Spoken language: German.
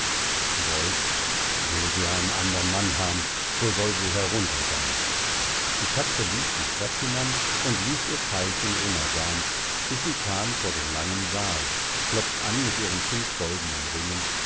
wolf will sie einen andern mann han so soll sie heruntergan die katz die lief die trepp hinan und ließ ihr zeilchen rummergan bis sie kam vor den langen saal klopft an mit ihren fünf goldenen ringen